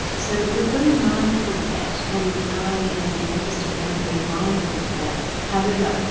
so we're very mindful of that, and i as the magistrate am very mindful of that. however,